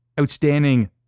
outstanding